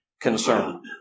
concern